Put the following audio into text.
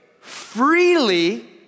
freely